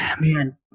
man